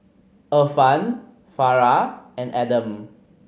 Irfan Farah and Adam